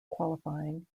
qualifying